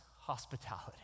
hospitality